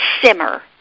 simmer